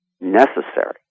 necessary